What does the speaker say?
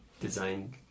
design